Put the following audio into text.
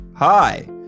Hi